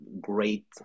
great